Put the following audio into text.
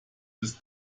bis